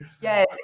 Yes